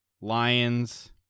Lions